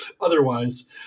otherwise